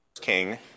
king